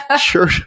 Sure